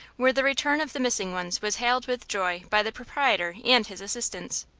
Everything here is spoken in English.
where the return of the missing ones was hailed with joy by the proprietor and his assistants.